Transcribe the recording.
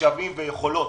משאבים ויכולות.